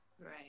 Right